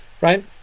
right